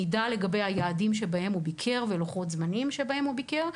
מידע לגבי היעדים שבהם הוא ביקר ולוחות הזמנים שבהם הוא ביקר,